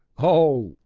oh,